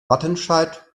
wattenscheid